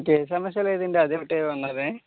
ఇంకా ఏ సమస్య లేదు అండి అది ఒక్కటే ఉంది